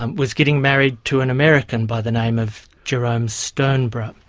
um was getting married to an american by the name of jerome stonborough.